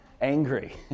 angry